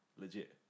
legit